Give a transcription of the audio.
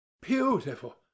Beautiful